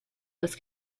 was